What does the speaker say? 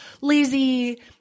lazy